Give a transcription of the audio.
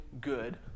good